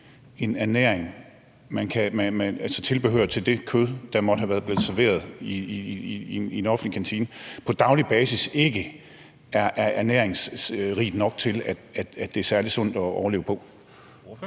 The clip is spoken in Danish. se, at tilbehør til det kød, der måtte være blevet serveret i en offentlig kantine på daglig basis, ikke er ernæringsrigt nok til, at det er særlig sundt at overleve på?